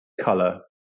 color